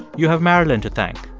you have marilyn to thank.